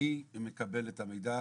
אני מקבל את המידע,